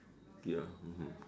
ya mmhmm